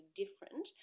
different